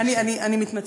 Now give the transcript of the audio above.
אני מתנצלת.